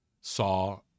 saw